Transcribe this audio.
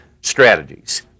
strategies